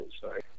Sorry